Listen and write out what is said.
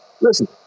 listen